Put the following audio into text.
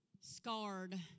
scarred